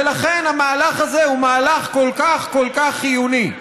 ולכן המהלך הזה הוא מהלך כל כך כל כך חיוני.